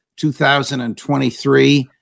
2023